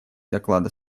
доклада